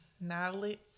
Natalie